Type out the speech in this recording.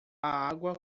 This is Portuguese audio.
água